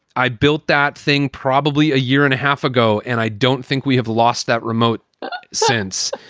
i built that thing probably a year and a half ago, and i don't think we have lost that remote since.